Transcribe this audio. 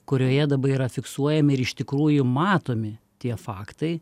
kurioje dabar yra fiksuojami ir iš tikrųjų matomi tie faktai